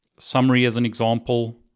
summary as an example.